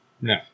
No